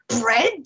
bread